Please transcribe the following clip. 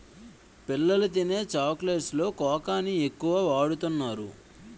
పిల్లలు తినే చాక్లెట్స్ లో కోకాని ఎక్కువ వాడుతున్నారు